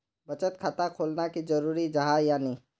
बचत खाता खोलना की जरूरी जाहा या नी?